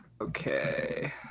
Okay